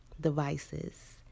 devices